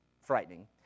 frightening